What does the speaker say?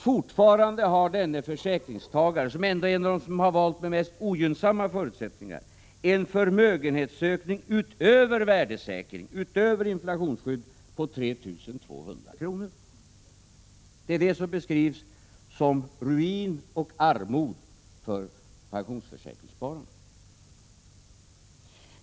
Fortfarande har alltså denne försäkringstagare, som ändå är en av dem som valt den mest ogynnsamma förutsättningen, en förmögenhetsökning utöver värdesäkring och inflationsskydd på 3 200 kr. Det är detta som beskrivs som ruin och armod för pensionsförsäkringsspararna.